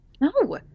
No